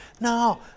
No